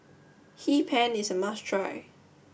Hee Pan is a must try